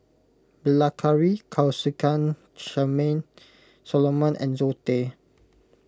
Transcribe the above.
Bilahari Kausikan Charmaine Solomon and Zoe Tay